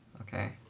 Okay